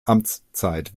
amtszeit